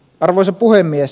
arvoisa puhemies